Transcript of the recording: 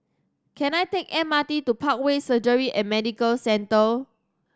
can I take M R T to Parkway Surgery and Medical Centre